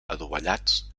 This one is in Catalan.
adovellats